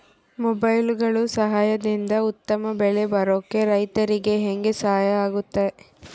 ಮೊಬೈಲುಗಳ ಸಹಾಯದಿಂದ ಉತ್ತಮ ಬೆಳೆ ಬರೋಕೆ ರೈತರಿಗೆ ಹೆಂಗೆ ಸಹಾಯ ಆಗುತ್ತೆ?